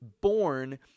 born